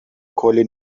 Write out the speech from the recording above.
کلی